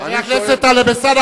חבר הכנסת טלב אלסאנע,